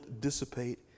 dissipate